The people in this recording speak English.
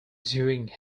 doing